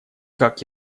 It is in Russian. как